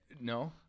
no